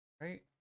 Right